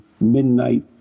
midnight